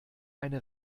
eine